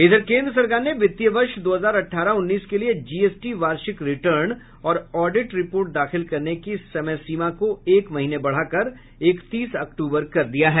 इधर केन्द्र सरकार ने वित्तीय वर्ष दो हजार अठारह उन्नीस के लिए जीएसटी वार्षिक रिटर्न और ऑडिट रिपोर्ट दाखिल करने की समय सीमा को एक महीने बढ़ाकर इक्कतीस अक्टूबर कर दिया है